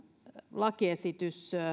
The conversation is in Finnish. lakiesitys